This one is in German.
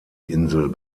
insel